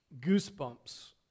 goosebumps